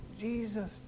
Jesus